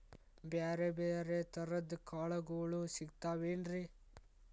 ಬ್ಯಾರೆ ಬ್ಯಾರೆ ತರದ್ ಕಾಳಗೊಳು ಸಿಗತಾವೇನ್ರಿ?